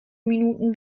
minuten